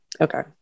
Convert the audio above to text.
Okay